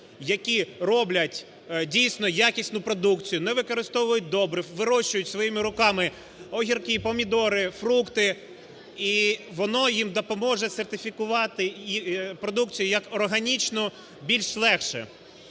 які роблять, дійсно, якісну продукцію, не використовують добрив, вирощують своїми руками огірки, помідори, фрукти, і воно їм допоможе сертифікувати продукцію як органічну більш легше.